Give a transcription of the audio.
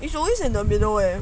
is always in the middle eh